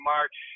March